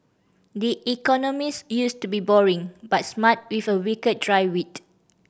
the Economist used to be boring but smart with a wicked dry wit